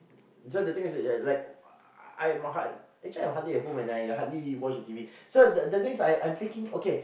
so the thing is like yeah like I'm hard~ I'm hardly at home and I hardly watch T_V so the things I'm thinking okay